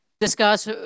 discuss